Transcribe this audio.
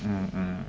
mmhmm